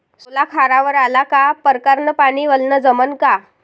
सोला खारावर आला का परकारं न पानी वलनं जमन का?